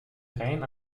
rein